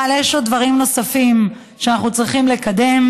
אבל יש עוד דברים שאנחנו צריכים לקדם,